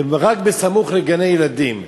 ורק סמוך לגני ילדים,